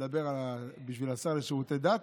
לדבר בשביל השר לשירותי דת.